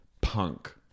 punk